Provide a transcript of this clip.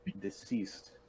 deceased